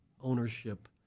ownership